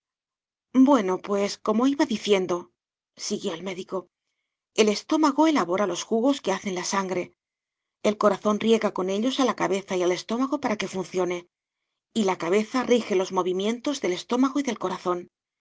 bueno pues como iba diciendosiguió el médico el estómago elabora los jugos que hacen la sangre el corazón riega con ellos a la cabeza y al estómago para que funcione y la cabeza rige los movimientos del estómago y del corazón